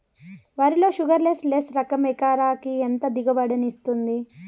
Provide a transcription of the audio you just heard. వరి లో sugarless less రకం ఎకరాకి ఎంత దిగుబడినిస్తుంది